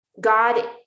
God